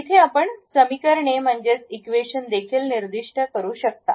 येथे आपण समीकरणे म्हणजेच इक्वेशन देखील निर्दिष्ट करू शकता